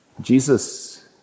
Jesus